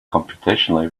computationally